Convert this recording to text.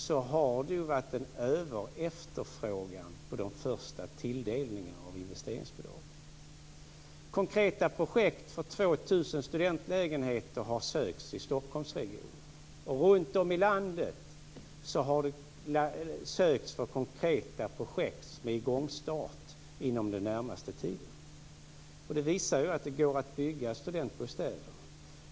Det har varit en överefterfrågan på de första tilldelningarna av investeringsbidraget. I Stockholmsregionen har det sökts för konkreta projekt rörande 2 000 studentlägenheter. Runtom i landet har det sökts för konkreta projekt som igångsätts under den närmaste tiden. Det visar ju att det går att bygga studentbostäder.